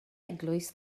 eglwys